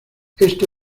esto